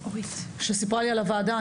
שסיפרה לי על הוועדה,